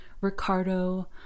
Ricardo